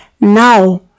Now